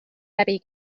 läbi